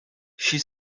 she